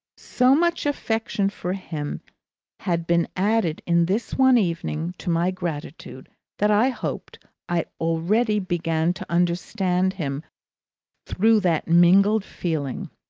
so much affection for him had been added in this one evening to my gratitude that i hoped i already began to understand him through that mingled feeling.